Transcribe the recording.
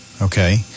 Okay